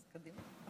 אז קדימה.